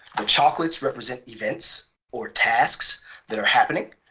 the chocolates represent events or tasks that are happening.